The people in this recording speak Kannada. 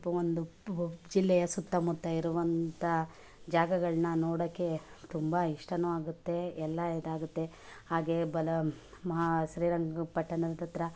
ಒಂದು ಪ್ ಜಿಲ್ಲೆಯ ಸುತ್ತ ಮುತ್ತ ಇರುವಂಥ ಜಾಗಗಳನ್ನ ನೋಡೋಕೆ ತುಂಬ ಇಷ್ಟವೂ ಆಗುತ್ತೆ ಎಲ್ಲ ಇದಾಗುತ್ತೆ ಹಾಗೆ ಬಲ ಮ್ ಶ್ರೀರಂಗಪಟ್ಟಣದ ಹತ್ತಿರ